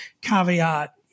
caveat